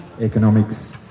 economics